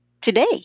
today